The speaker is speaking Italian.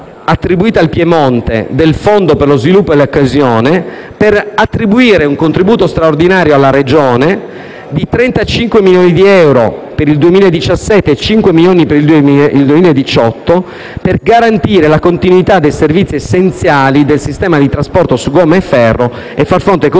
attribuite al Piemonte, del fondo per lo sviluppo e la coesione per attribuire un contributo straordinario alla Regione di 35 milioni di euro per il 2017 e di 5 milioni per il 2018, al fine di garantire la continuità dei servizi essenziali del sistema di trasporto su gomma e ferro e far fronte così alla